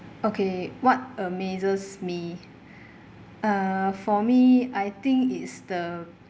okay what amazes me uh for me I think it's the